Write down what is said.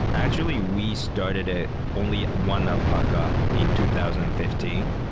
actually, we started it only one alpaca in two thousand and fifteen,